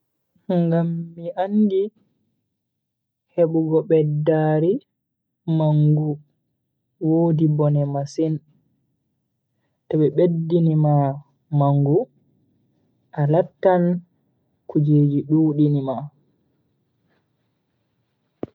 Ngam mi andi hebugo beddaari mangu woddi bone masin. To be beddini ma mangu a lattan kujeji dudini ma.